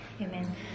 Amen